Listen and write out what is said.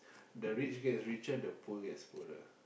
the rich gets richer the poor gets poorer